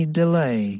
delay